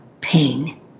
pain